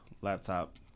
laptop